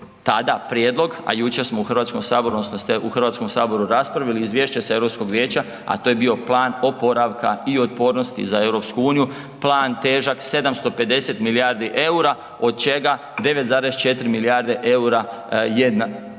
tada prijedlog, a jučer smo u Hrvatskom saboru odnosno ste u Hrvatskom saboru raspravili izvješće s Europskog vijeća, a to je bio plan oporavka i otpornosti za EU, plan težak 750 milijardi EUR-a od čega 9,4 milijarde EUR-a je na